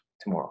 tomorrow